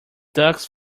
ducks